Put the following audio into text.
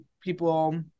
people